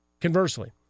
conversely